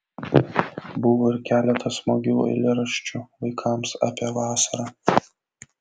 buvo ir keletas smagių eilėraščių vaikams apie vasarą